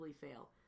fail